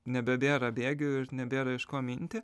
nebebėra bėgių ir nebėra iš ko minti